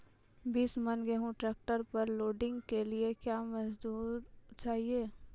बीस मन गेहूँ ट्रैक्टर पर लोडिंग के लिए क्या मजदूर चाहिए?